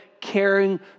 caring